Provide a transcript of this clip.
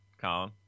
Colin